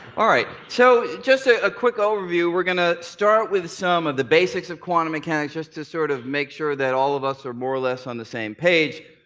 alright, so just a quick overview. we're going to start with some of the basics of quantum mechanics just to sort of make sure that all of us are more or less on the same page.